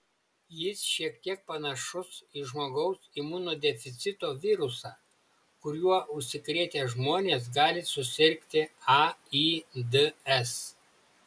jis šiek tiek panašus į žmogaus imunodeficito virusą kuriuo užsikrėtę žmonės gali susirgti aids